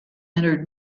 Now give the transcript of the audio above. entered